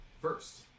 First